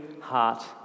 heart